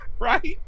Right